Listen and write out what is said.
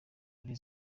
buri